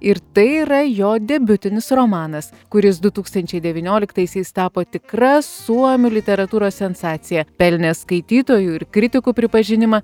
ir tai yra jo debiutinis romanas kuris du tūkstančiai devynioliktaisiais tapo tikra suomių literatūros sensacija pelnė skaitytojų ir kritikų pripažinimą